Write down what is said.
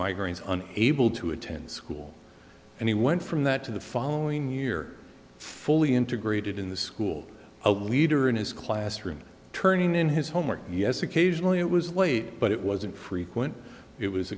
migraines and able to attend school and he went from that to the following year fully integrated in the school a leader in his classroom turning in his homework yes occasionally it was late but it wasn't frequent it was